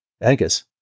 Angus